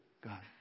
God